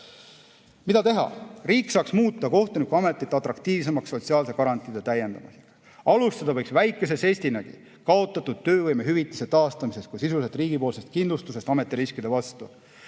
Mida teha? Riik saaks muuta kohtunikuametit atraktiivsemaks sotsiaalsete garantiide täiendamisega. Väikese žestina võiks alustada kaotatud töövõimehüvitise taastamisest kui sisuliselt riigipoolsest kindlustusest ametiriskide vastu.